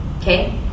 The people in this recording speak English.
Okay